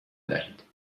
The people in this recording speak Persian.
دهید